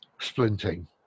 splinting